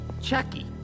chucky